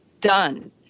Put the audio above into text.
Done